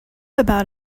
about